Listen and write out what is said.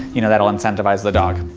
you know, that will incentivize the dog.